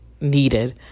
needed